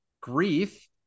grief